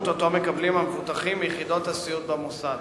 שמקבלים המבוטחים מיחידות הסיעוד במוסד.